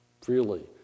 freely